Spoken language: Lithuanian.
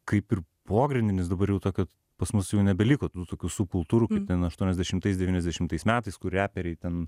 kaip ir pogrindinis dabar jau to kad pas mus jų nebeliko tokių subkultūrų ten aštuoniasdešimtais devyniasdešimtais metais kur reperiai ten